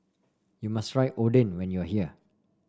you must try Oden when you are here